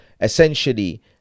essentially